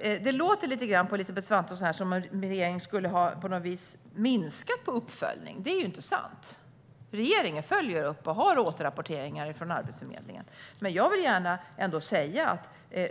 Det låter lite grann på Elisabeth Svantesson som att regeringen på något vis skulle ha minskat på uppföljningen. Det är inte sant. Regeringen följer upp och har återrapporteringar från Arbetsförmedlingen. Men jag vill ändå gärna säga: